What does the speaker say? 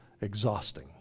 exhausting